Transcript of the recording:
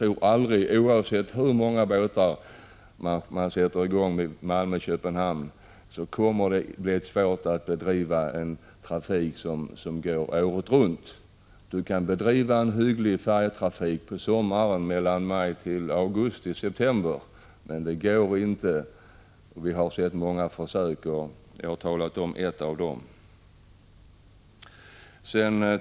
Oavsett hur många båtar som sätts in i trafik mellan Malmö och Köpenhamn kommer det att bli svårt att driva trafik året runt. Man kan bedriva en hygglig färjetrafik på sommaren, mellan maj och augusti september. Vi har sett många försök som inte gått bra, och jag har berättat om ett av dem.